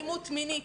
אלימות מינית,